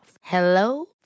Hello